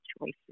choices